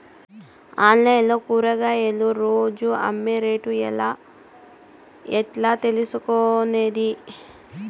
Online లో కూరగాయలు రోజు అమ్మే రేటు ఎట్లా తెలుసుకొనేది?